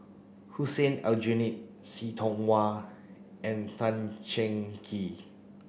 Hussein Aljunied See Tiong Wah and Tan Cheng Kee